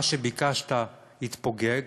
מה שביקשת התפוגג.